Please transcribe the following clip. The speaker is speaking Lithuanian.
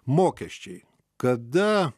mokesčiai kada